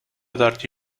dargli